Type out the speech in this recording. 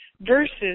versus